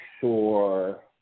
sure